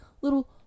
little